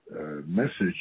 message